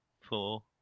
four